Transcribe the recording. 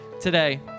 today